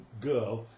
girl